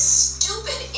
stupid